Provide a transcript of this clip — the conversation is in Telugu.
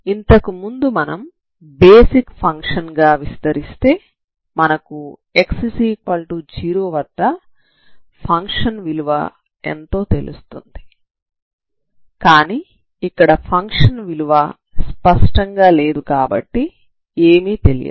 ఇంతకుముందు మనం బేసిక్ ఫంక్షన్ గా విస్తరిస్తే మనకు x0 వద్ద ఫంక్షన్ విలువ ఎంతో తెలుస్తుంది కానీ ఇక్కడ ఫంక్షన్ విలువ స్పష్టంగా లేదు కాబట్టి ఏమీ తెలియదు